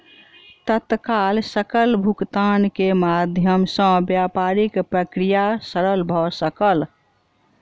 तत्काल सकल भुगतान के माध्यम सॅ व्यापारिक प्रक्रिया सरल भ सकल